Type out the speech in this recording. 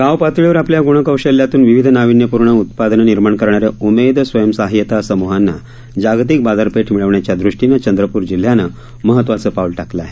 गावपातळीवर आपल्या गुणकौशल्यातून विविध नाविण्यपूर्ण उत्पादनं निर्माण करणाऱ्या उमेद स्वयंसहायता समूहांना जागतिक बाजारपेठ मिळवण्याच्या दृष्टीनं चंद्रपुर जिल्हयानं महत्वाचं पाऊल टाकलं आहे